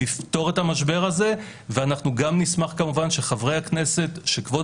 לפתור את המשבר הזה ואנחנו גם נשמח כמובן שחברי הכנסת וכבוד